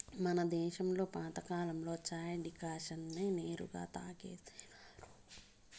మన దేశంలో పాతకాలంలో చాయ్ డికాషన్ నే నేరుగా తాగేసేవారు